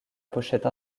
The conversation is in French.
pochette